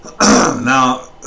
Now